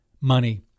money